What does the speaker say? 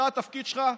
אתה, התפקיד שלך,